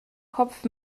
kopf